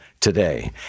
today